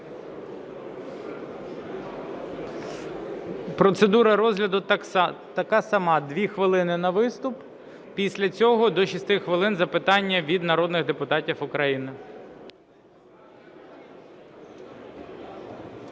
Процедура розгляду така сама: 2 хвилини на виступ, після цього до 6 хвилин – запитання від народних депутатів України.